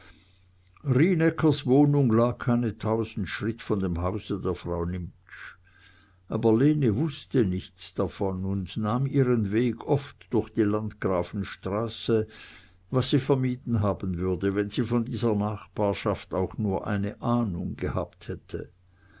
rienäckers wohnung lag keine tausend schritt von dem hause der frau nimptsch aber lene wußte nichts davon und nahm ihren weg oft durch die landgrafenstraße was sie vermieden haben würde wenn sie von dieser nachbarschaft auch nur eine ahnung gehabt hätte